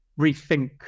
rethink